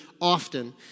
often